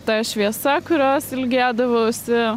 ta šviesa kurios ilgėdavausi